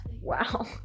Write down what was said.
Wow